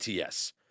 ATS